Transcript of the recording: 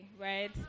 right